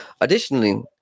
Additionally